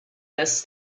this